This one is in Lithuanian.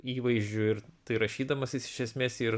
įvaizdžiu ir tai rašydamas jis iš esmės jį ir